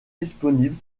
disponible